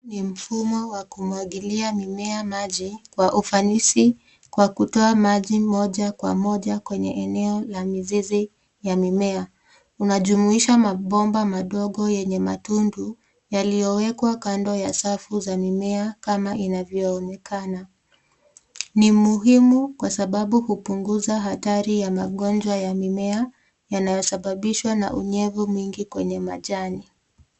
Ni mfumo wa kumwagilia mimea maji kwa ufanisi, kwa kutoa maji moja kwa moja kwenye eneo la mizizi ya mimea. Unajumuisha mabomba madogo yenye matundu yaliyowekwa kando ya safu za mimea kama inavyoonekana. Ni muhimu kwasababu hupunguza hatari ya magonjwa ya mimea yanayosababishwa na unyevu mwingi kwenye majani.